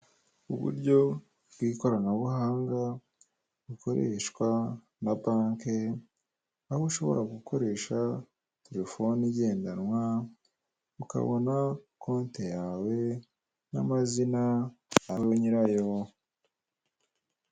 Hirya no hino hagiye hari ibibuga byinshi bya basiketi mu gihugu cyacu cy'u Rwanda, ibuka ko siporo ari ingenzi nawe ushaka umwanya ujye ku kibuga widagadure kandi bizagufasha kudasaza imburagihe.